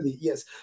yes